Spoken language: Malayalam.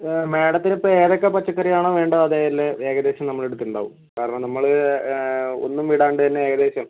ആ മാഡത്തിനിപ്പം ഏതൊക്കെ പച്ചക്കറിയാണ് വേണ്ടത് അതെല്ലാം ഏകദേശം നമ്മളെടുത്തിട്ടുണ്ടാകും കാരണം നമ്മൾ ഒന്നും വിടാണ്ട് തന്നെ ഏകദേശം